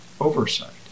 oversight